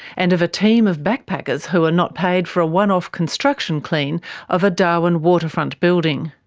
and of a team of backpackers who were not paid for a one-off construction clean of a darwin waterfront building.